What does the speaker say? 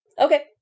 Okay